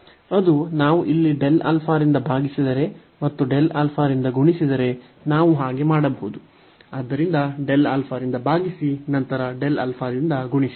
ಅದು ನಾವು ಇಲ್ಲಿ ರಿಂದ ಭಾಗಿಸಿದರೆ ಮತ್ತು ರಿಂದ ಗುಣಿಸಿದರೆ ನಾವು ಹಾಗೆ ಮಾಡಬಹುದು ಆದ್ದರಿಂದ ರಿಂದ ಭಾಗಿಸಿ ನಂತರ ರಿಂದ ಗುಣಿಸಿ